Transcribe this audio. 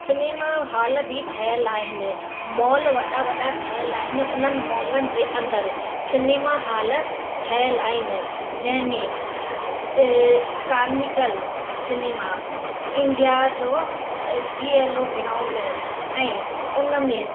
cinema hall बि ठहियलु आहिनि मॉल वॾा वॾा ठहियलु आहिनि उन्हनि मॉलनि जे अंदरि सिनेमा हाल ठहियलु आहिनि जंहिं में कार्निकल सिनेमा इंडिया जो जी एल ओ ग्राऊंड ऐं उन में